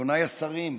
אדוניי השרים,